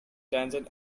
tangent